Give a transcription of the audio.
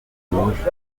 roof